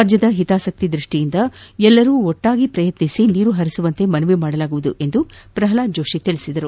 ರಾಜ್ಯದ ಹಿತಾಸಕ್ತಿ ದೃಷ್ಟಿಯಿಂದ ಎಲ್ಲರೂ ಒಟ್ಟಾಗಿ ಪ್ರಯತ್ನಿಸಿ ನೀರು ಹರಿಸುವಂತೆ ಮನವಿ ಮಾಡಲಾಗುವುದು ಎಂದು ಪ್ರಲ್ವಾದ್ ಜೋಷಿ ತಿಳಿಸಿದರು